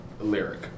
lyric